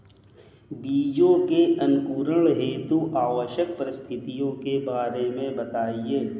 बीजों के अंकुरण हेतु आवश्यक परिस्थितियों के बारे में बताइए